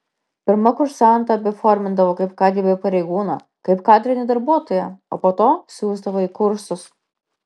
pirma kursantą apiformindavo kaip kgb pareigūną kaip kadrinį darbuotoją o po to siųsdavo į kursus